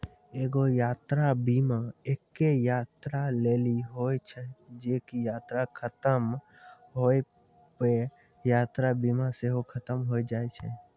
एगो यात्रा बीमा एक्के यात्रा लेली होय छै जे की यात्रा खतम होय पे यात्रा बीमा सेहो खतम होय जाय छै